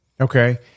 Okay